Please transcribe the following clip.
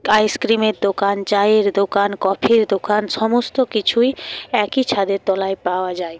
আইসক্রিমের দোকান চায়ের দোকান কফির দোকান সমস্ত কিছুই একই ছাদের তলায় পাওয়া যায়